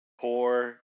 poor